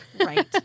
Right